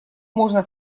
можно